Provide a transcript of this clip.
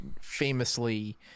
Famously